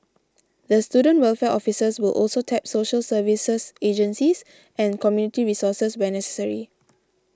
the student welfare officers will also tap social services agencies and community resources when necessary